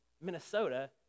Minnesota